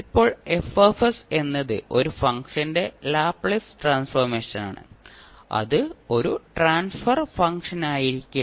ഇപ്പോൾ F എന്നത് ഒരു ഫംഗ്ഷന്റെ ലാപ്ലേസ് ട്രാൻസ്ഫോർമേഷനാണ് അത് ഒരു ട്രാൻസ്ഫർ ഫംഗ്ഷനായിരിക്കില്ല